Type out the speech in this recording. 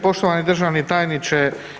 Poštovani državni tajniče.